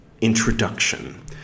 introduction